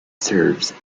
serves